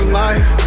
life